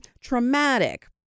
traumatic